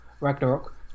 Ragnarok